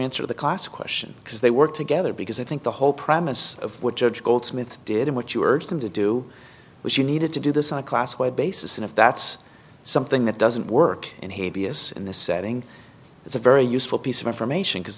answer the class question because they work together because i think the whole premise of what judge goldsmith did what you urged him to do was you needed to do this on a class wide basis and if that's something that doesn't work and he is in this setting it's a very useful piece of information because